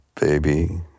baby